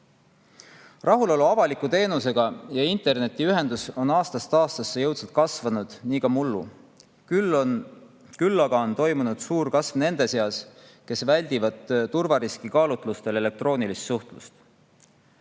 Rahulolu avaliku teenusega ja internetiühendusega on aastast aastasse jõudsalt kasvanud, nii ka mullu. Küll aga on toimunud suur kasv nende [arvus], kes väldivad turvariski kaalutlustel elektroonilist suhtlust.